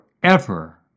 forever